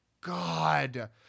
God